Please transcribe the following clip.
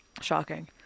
Shocking